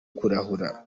kurahura